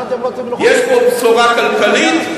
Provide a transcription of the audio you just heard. יש פה בשורה כלכלית,